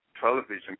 television